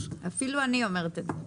אפילו אני אומרת את זה.